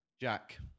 Jack